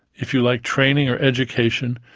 if you like training or education,